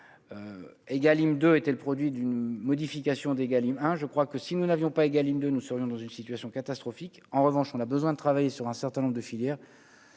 égal M2 était le produit d'une modification des hein, je crois que si nous n'avions pas égal de nous serions dans une situation catastrophique, en revanche, on a besoin de travailler sur un certain nombre de filières,